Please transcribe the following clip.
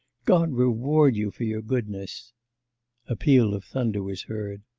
god reward you for your goodness a peal of thunder was heard.